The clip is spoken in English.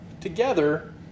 together